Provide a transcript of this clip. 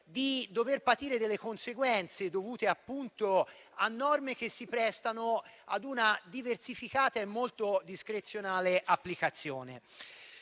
di patire conseguenze dovute a norme che si prestano a una diversificata e molto discrezionale applicazione.